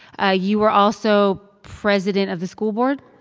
ah you were also president of the school board.